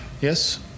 Yes